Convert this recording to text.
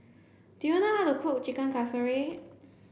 do you know how to cook Chicken Casserole